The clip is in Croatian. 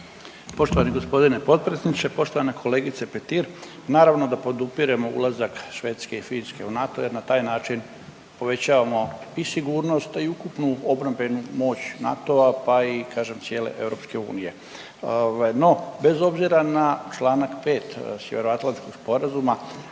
Poštovani gospodine potpredsjedniče. Poštovana kolegice Petir naravno da podupiremo ulazak Švedske i Finske u NATO jer na taj način povećavamo i sigurnost a i ukupnu obrambenu moć NATO-a, pa i kažem cijele Europske unije. No bez obzira na članak 5. Sjevernoatlanskog sporazuma